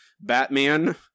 Batman